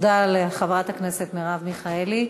תודה לחברת הכנסת מרב מיכאלי.